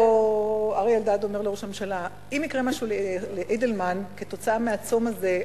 אריה אלדד אומר לראש הממשלה: אם יקרה משהו לאידלמן כתוצאה מהצום הזה,